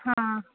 हां